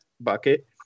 bucket